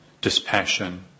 dispassion